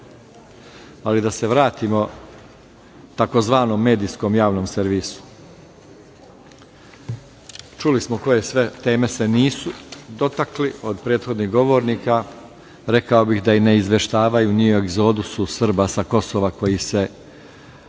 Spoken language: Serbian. da se vratimo tzv. medijskom javnom servisu. Čuli smo koje sve teme se nisu dotakli od prethodnih govornika, rekao bih da ne izveštavaju ni o egzodusu Srba sa Kosova koji je masovan